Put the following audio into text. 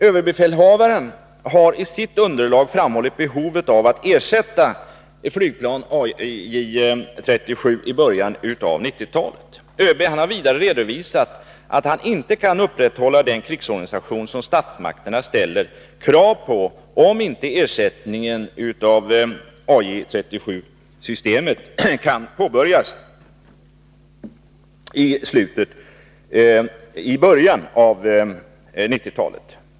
Överbefälhavaren har i sitt underlag framhållit behovet av att ersätta flygplan AJ 37 i början av 1990-talet. ÖB har vidare redovisat att han inte kan upprätthålla den krigsorganisation som statsmakterna ställer krav på, om inte ersättning av AJ 37-systemet kan påbörjas i början av 1990-talet.